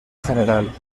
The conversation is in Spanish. general